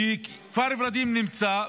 וכפר ורדים נמצא,